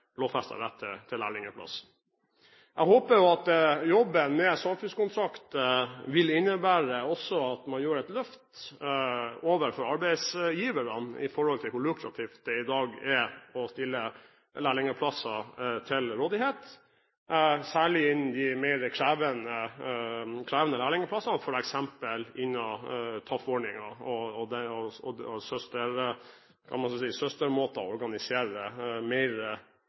til lærlingplass. Jeg håper at jobben med samfunnskontrakt også vil innebære at man tar et løft overfor arbeidsgiverne når det gjelder hvor lukrativt det i dag er å stille lærlingplasser til rådighet, særlig innenfor de mer krevende lærlingplassene, f.eks. innenfor TAF-ordningen og noe man kan kalle søstermåter å organisere tøffere yrkesfaglig utdanning på. Siden statsråden oppfordret oss til å